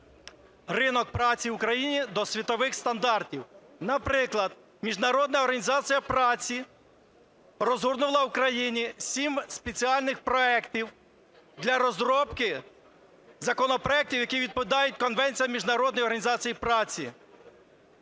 ринок праці в Україні до світових стандартів. Наприклад, Міжнародна організація праці розгорнула в Україні сім спеціальних проектів для розробки законопроектів, які відповідають конвенціям Міжнародної організації праці